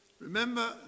remember